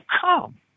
come